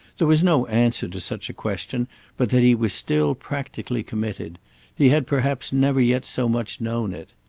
there was no answer to such a question but that he was still practically committed he had perhaps never yet so much known it.